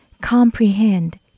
comprehend